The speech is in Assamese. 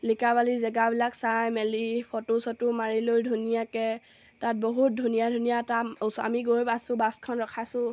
লিকাবালি জেগাবিলাক চাই মেলি ফটো চটো মাৰি লৈ ধুনীয়াকৈ তাত বহুত ধুনীয়া ধুনীয়া তাত আমি গৈ পাইছোঁ বাছখন ৰখাইছোঁ